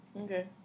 Okay